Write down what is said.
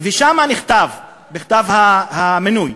ושם נכתב, בכתב המינוי: